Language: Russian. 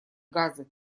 газы